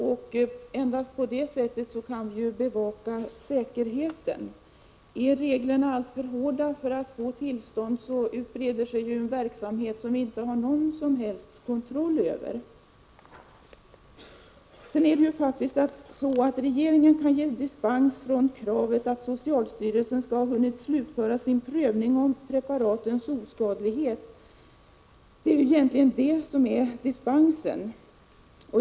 Det är endast på det sättet som vi kan bevaka att säkerhetsföreskrifterna efterlevs. Är reglerna för tillstånd alltför hårda, utbreder sig ju en verksamhet som vi inte har någon som helst kontroll över. Regeringen kan faktiskt ge dispens från kravet på att socialstyrelsen skall ha hunnit slutföra sin prövning beträffande preparatets oskadlighet. Det är ju egentligen det som dispensen gäller.